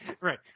right